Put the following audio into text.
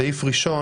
סעיף ראשון,